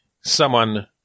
someone-